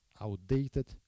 outdated